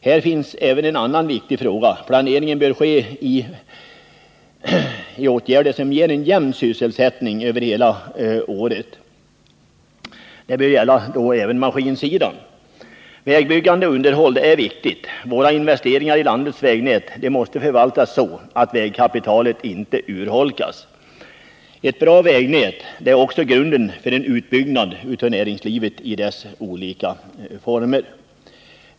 Här finns även en annan viktig fråga. Planeringen bör gälla åtgärder som ger en jämn sysselsättning över hela året, och det bör gälla även maskinsidan. Vägbyggande och underhåll är viktigt. Våra investeringar i landets vägnät måste förvaltas så att vägkapitalet inte urholkas. Ett bra vägnät är också grunden för en utbyggnad av näringslivet i dess olika former.